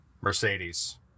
Mercedes